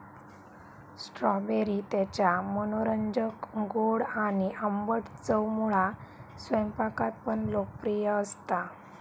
strawberry त्याच्या मनोरंजक गोड आणि आंबट चवमुळा स्वयंपाकात पण लोकप्रिय असता